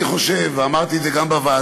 אני חושב, ואמרתי את זה גם בדיון